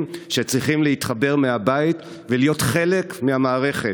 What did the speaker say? שצריכים להתחבר מהבית ולהיות חלק מהמערכת.